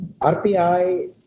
RPI